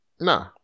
Nah